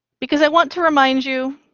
because i want to remind you,